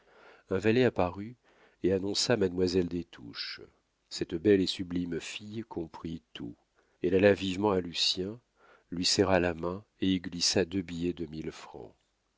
un valet apparut et annonça mademoiselle des touches cette belle et sublime fille comprit tout elle alla vivement à lucien lui serra la main et y glissa deux billets de mille francs